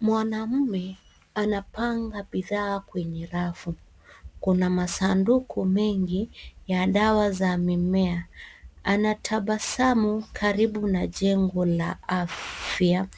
Mwanaume anapanga bidhaa kwenye rafu kuna masanduku mengi ya dawa za mimea anatabasamu karibu na jengo la afya